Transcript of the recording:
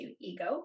ego